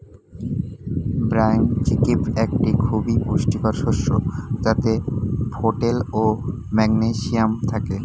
brown chickpea একটি খুবই পুষ্টিকর শস্য যাতে ফোলেট ও ম্যাগনেসিয়াম থাকে